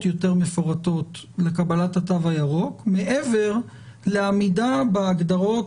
יותר מפורטות לקבלת התו הירוק מעבר לעמידה בהגדרות